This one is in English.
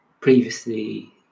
previously